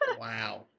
Wow